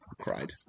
cried